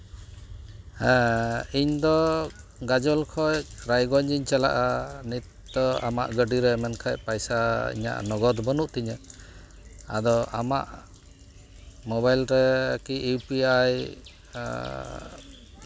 ᱦᱮᱸ ᱤᱧᱫᱚ ᱜᱟᱡᱚᱞ ᱠᱷᱚᱱ ᱨᱟᱭᱜᱚᱸᱡᱽ ᱤᱧ ᱪᱟᱞᱟᱜᱼᱟ ᱱᱤᱛᱚᱜ ᱟᱢᱟᱜ ᱜᱟᱹᱰᱤᱨᱮ ᱢᱮᱱᱠᱷᱟᱱ ᱯᱚᱭᱥᱟ ᱤᱧᱟᱹᱜ ᱱᱚᱜᱚᱫ ᱫᱚ ᱵᱟᱹᱱᱩᱜ ᱛᱤᱧᱟᱹ ᱟᱫᱚ ᱟᱢᱟᱜ ᱢᱳᱵᱟᱭᱤᱞ ᱨᱮᱠᱤ ᱤᱭᱩᱯᱤ ᱟᱭ